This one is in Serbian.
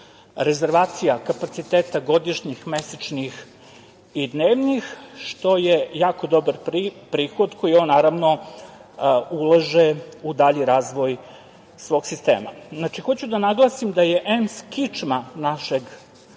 rezervacija, kapaciteta godišnjih, mesečnih i dnevnih što je jako dobar prihod koji on naravno ulaže u dalji razvoj svog sistema. Znači, hoću da naglasim da je EMS kičma našeg